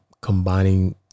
combining